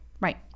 right